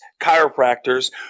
chiropractors